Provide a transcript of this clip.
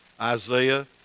Isaiah